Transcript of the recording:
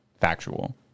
factual